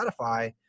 Spotify